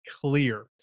clear